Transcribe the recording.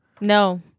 No